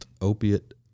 opiate